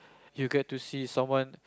you get to see someone